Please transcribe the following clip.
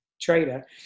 trader